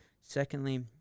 Secondly